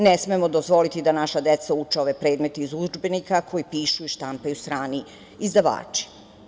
Ne smemo dozvoliti da naša deca uče ove predmete iz udžbenika koje pišu i štampaju strani izdavači.